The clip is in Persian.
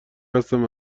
هستم